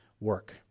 work